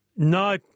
No